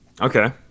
Okay